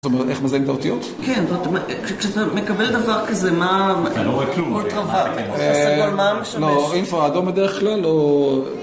זאת אומרת, איך מזהים את האותיות? כן, זאת אומרת, כשאתה מקבל דבר כזה, מה... אתה לא רואה כלום. אולטרה סגול. אתה לא רואה כלום. אתה לא רואה כלום. מה המשמש? לא, אינפרה אדום בדרך כלל הוא...